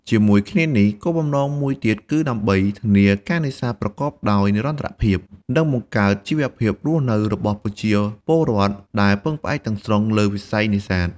ជាមួយគ្នានេះ គោលបំណងមួយទៀតគឺដើម្បី ធានាការនេសាទប្រកបដោយនិរន្តរភាព និងបង្កើនជីវភាពរស់នៅរបស់ប្រជាពលរដ្ឋដែលពឹងផ្អែកទាំងស្រុងលើវិស័យនេសាទ។